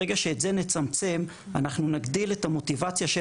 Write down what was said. ברגע שאת זה נצמצם אנחנו נגדיל את המוטיבציה של